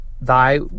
thy